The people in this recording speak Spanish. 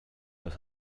los